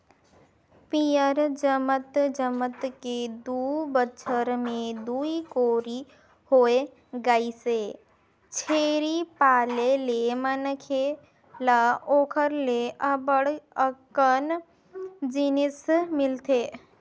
पियंर जमत जमत के दू बच्छर में दूई कोरी होय गइसे, छेरी पाले ले मनखे ल ओखर ले अब्ब्ड़ अकन जिनिस मिलथे